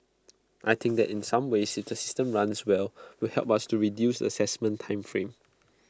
I think that in some ways if the system runs well will help us to reduce the Assessment time frame